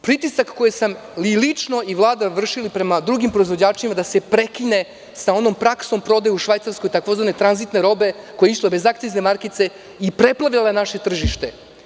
Pritisak koji sam i lično i Vlada vršili prema drugim proizvođačima da se prekine sa onom praksom prodaje u Švajcarskoj tzv. tranzitne robe koja je išla bez akcizne markice i preplavila naše tržište.